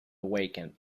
awakened